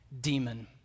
demon